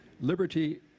Liberty